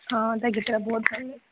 ହଁ ତା' ଗୀତଟା ବହୁତ ଭଲ